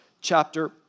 chapter